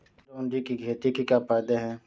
चिरौंजी की खेती के क्या फायदे हैं?